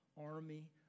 army